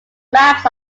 maps